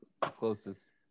closest